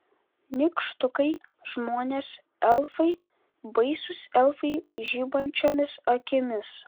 nykštukai žmonės elfai baisūs elfai žibančiomis akimis